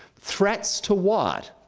threats to what?